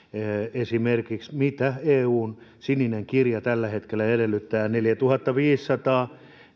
mitä esimerkiksi eun sininen kortti tällä hetkellä edellyttää neljätuhattaviisisataa